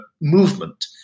movement